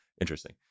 Interesting